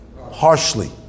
harshly